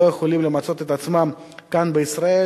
לא יכולים למצות את עצמם כאן בישראל,